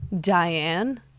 diane